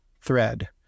thread